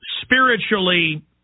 spiritually